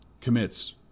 commits